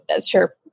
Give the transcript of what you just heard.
sure